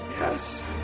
Yes